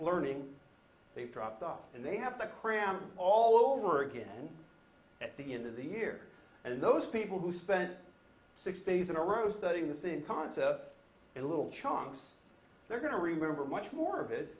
learning they dropped off and they have to cram all over again at the end of the year and those people who spent six days in a row studying the same concepts and little chunks they're going to remember much more of it